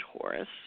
Taurus